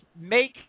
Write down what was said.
make